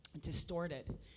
distorted